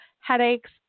headaches